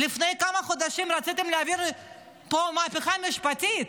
לפני כמה חודשים רציתם להעביר פה מהפכה משפטית,